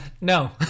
No